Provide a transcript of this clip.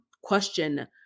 question